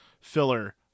filler